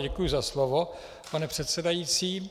Děkuji za slovo, pane předsedající.